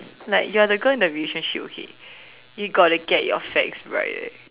like you are the girl in the relationship okay you gotta get your facts right eh